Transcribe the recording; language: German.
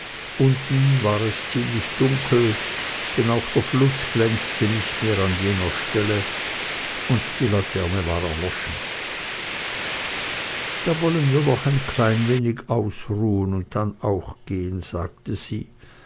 unten war es ziemlich dunkel denn auch der fluß glänzte nicht mehr an jener stelle und die laterne war erloschen da wollen wir noch ein klein wenig ausruhen und dann auch gehen sagte sie